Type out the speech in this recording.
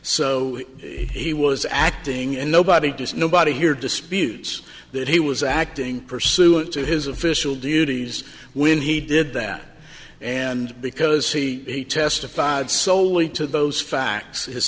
so he was acting and nobody does nobody here disputes that he was acting pursuant to his official duties when he did that and because he he testified soley to those facts his